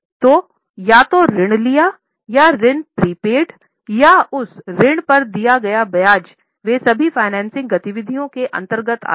तो या तो ऋण लिया या ऋण प्रीपेड या उस ऋण पर दिया गया ब्याज वे सभी फाइनेंसिंगगतिविधियों के अंतर्गत आते हैं